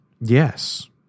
Yes